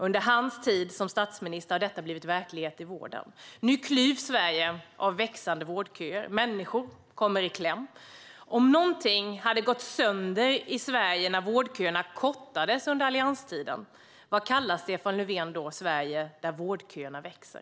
Under hans tid som statsminister har detta blivit verklighet i vården. Nu klyvs Sverige av växande vårdköer. Människor kommer i kläm. Om någonting hade gått sönder i Sverige när vårdköerna kortades under allianstiden undrar jag: Vad kallar Stefan Löfven ett Sverige där vårdköerna växer?